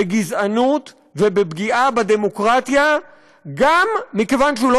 בגזענות ובפגיעה בדמוקרטיה גם מכיוון שהוא לא